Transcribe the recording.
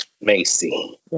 Macy